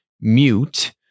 mute